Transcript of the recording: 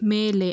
ಮೇಲೆ